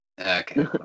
okay